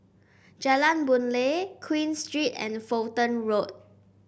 Jalan Boon Lay Queen Street and Fulton Road